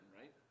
right